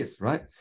right